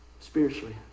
spiritually